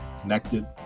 connected